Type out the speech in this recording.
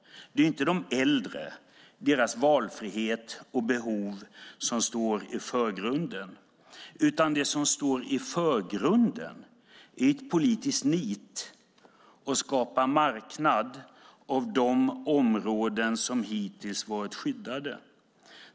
Det är inte de äldre, deras valfrihet och behov som står i förgrunden, utan det är ett politiskt nit att skapa marknad av de områden som hittills varit skyddade.